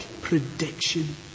prediction